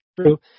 true